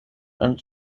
and